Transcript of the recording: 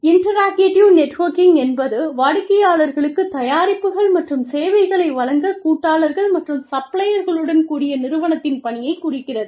interactive networking என்பது வாடிக்கையாளர்களுக்குத் தயாரிப்புகள் மற்றும் சேவைகளை வழங்க கூட்டாளர்கள் மற்றும் சப்ளையர்களுடன் கூடிய நிறுவனத்தின் பணியைக் குறிக்கிறது